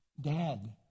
Dad